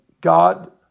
God